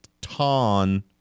Ton